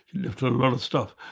left her a lot of stuff.